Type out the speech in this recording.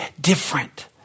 different